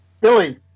Billy